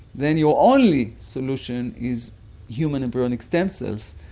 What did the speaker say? then your only solution is human embryonic stem cells,